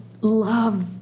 love